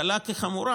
קלה כחמורה,